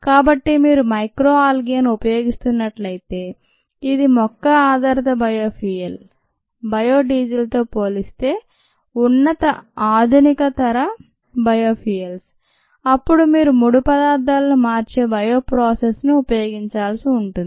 కాబట్టి మీరు మైక్రోఆల్గే ను ఉపయోగిస్తున్నట్లయితే ఇది మొక్క ఆధారిత బయో ఫ్యూయల్ బయో డీజిల్ తో పోలిస్తే ఉన్నత ఆధునిక తర బయో ఫ్యూయల్స్ అప్పుడు మీరు ముడిపదార్థాలను మార్చే బయో ప్రాసెస్ ను ఉపయోగించాల్సి ఉంటుంది